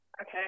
Okay